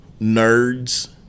nerds